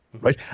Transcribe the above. right